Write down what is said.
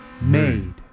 made